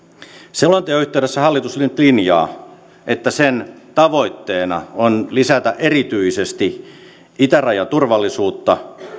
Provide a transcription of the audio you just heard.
selonteon yhteydessä hallitus nyt linjaa että sen tavoitteena on lisätä erityisesti itärajan turvallisuutta